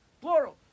Plural